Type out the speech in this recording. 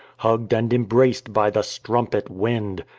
hugg'd and embraced by the strumpet wind!